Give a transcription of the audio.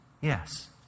yes